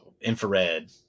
infrared